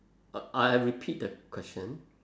I repeat the question